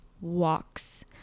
walks